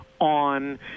on